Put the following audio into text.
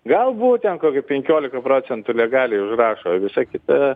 galbūt ten kokių penkiolika procentų legaliai užrašo visa kita